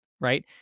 Right